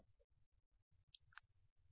అంటే అవును